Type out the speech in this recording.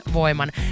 voiman